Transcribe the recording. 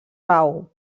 pau